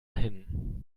hin